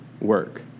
work